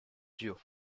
duo